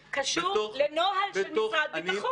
לא, כל מה שאתה אומר קשור לנוהל של משרד ביטחון.